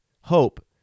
hope